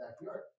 backyard